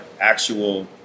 actual